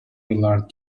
willard